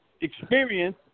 experience